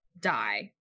die